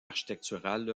architecturale